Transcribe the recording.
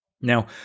Now